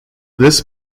this